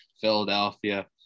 Philadelphia